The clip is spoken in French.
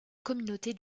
communauté